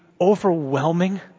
overwhelming